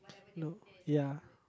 no ya